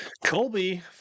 colby